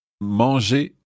manger